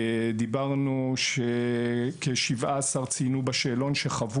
דיברנו על כך שכ-17 ציינו בשאלון שחוו